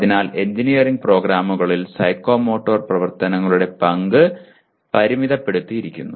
അതിനാൽ എഞ്ചിനീയറിംഗ് പ്രോഗ്രാമുകളിൽ സൈക്കോമോട്ടോർ പ്രവർത്തനങ്ങളുടെ പങ്ക് പരിമിതപ്പെടുത്തിയിരിക്കുന്നു